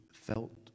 felt